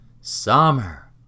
summer